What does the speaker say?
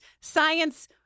Science